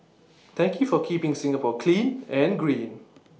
thank you for keeping Singapore clean and green